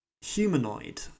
humanoid